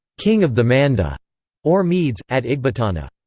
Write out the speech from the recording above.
king of the manda or medes, at ecbatana.